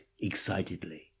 excitedly